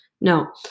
no